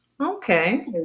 Okay